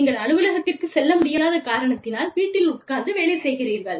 நீங்கள் அலுவலகத்திற்கு செல்ல முடியாத காரணத்தினால் வீட்டில் உட்கார்ந்து வேலை செய்கிறீர்கள்